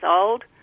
old